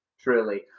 truly